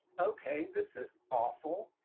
okay, this is awful.